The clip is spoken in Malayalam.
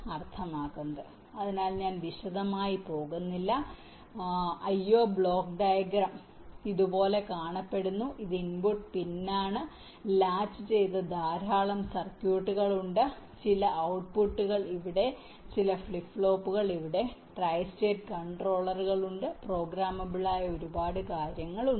അതിനാൽ ഇപ്പോൾ IO ബ്ലോക്ക് ഡയഗ്രാമിനെക്കുറിച്ച് സംസാരിക്കുന്നു അതിനാൽ ഞാൻ വിശദമായി പോകുന്നില്ല അതിനാൽ IO ബ്ലോക്ക് ഡയഗ്രം ഇതുപോലെ കാണപ്പെടുന്നു ഇത് ഇൻപുട്ട് പിൻ ആണ് ലാച്ച് ചെയ്ത ധാരാളം സർക്യൂട്ടുകൾ ഉണ്ട് ചില ഔട്ട്പുട്ടുകൾ ഇവിടെ ചില ഫ്ലിപ്പ് ഫ്ലോപ്പുകൾ ഇവിടെ ട്രൈ സ്റ്റേറ്റ് കൺട്രോളറുകൾ ഉണ്ട് പ്രോഗ്രാമബിൾ ആയ ഒരുപാട് കാര്യങ്ങൾ ഉണ്ട്